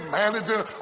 managing